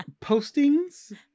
postings